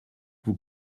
vous